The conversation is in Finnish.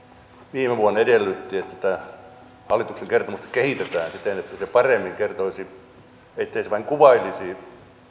viime vuonna edellytti että hallituksen kertomusta kehitetään siten että se paremmin kertoisi ettei se vain kuvailisi